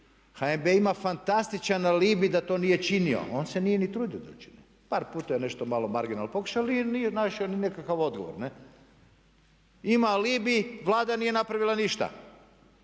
HNB ima fantastičan alibi da to nije činio, on se nije ni trudio da čini. Par puta je nešto malo marginalno pokušao ali nije našao ni nekakav odgovor. Ima alibi, Vlada nije napravila ništa.